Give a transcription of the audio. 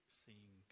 seeing